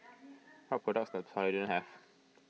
what products does Polident have